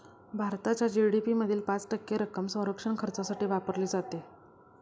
भारताच्या जी.डी.पी मधील पाच टक्के रक्कम संरक्षण खर्चासाठी वापरली जाते